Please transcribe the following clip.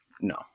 no